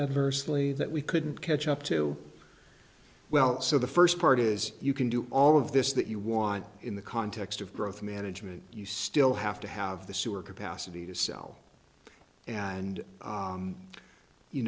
personally that we couldn't catch up to well so the first part is you can do all of this that you want in the context of growth management you still have to have the sewer capacity to sell and